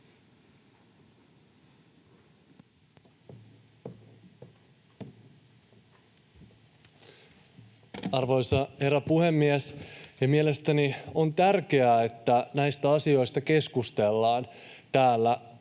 Arvoisa herra puhemies! Mielestäni on tärkeää, että näistä asioista keskustellaan täällä